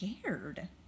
scared